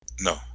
no